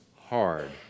hard